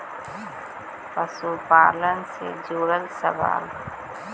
पशुपालन से जुड़ल सवाल?